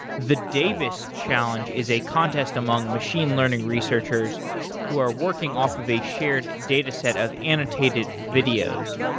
the davis challenge is a contest among machine learning researchers who are working off of a shared data set of annotated videos.